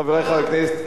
חברי חברי הכנסת,